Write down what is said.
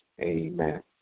Amen